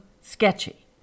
sketchy